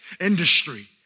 industry